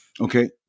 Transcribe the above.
Okay